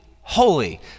holy